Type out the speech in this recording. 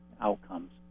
outcomes